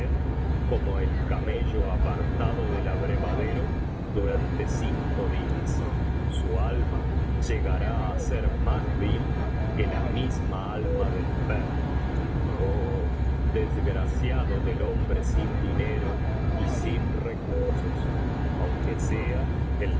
como el camello apartado del abrevadero durante cinco días su alma llegará á ser más vil que la misma alma del perro oh desgraciado del hombre sin dinero y sin recursos aunque sea el